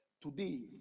Today